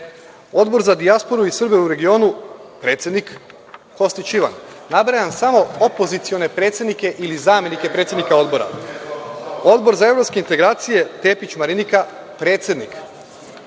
Odbor za dijasporu i Srbe u regionu, predsednik Kostić Ivan. Nabrajam samo opozicione predsednike ili zamenike predsednika odbora. Odbor za evropske integracije, Tepić Marinika, predsednik.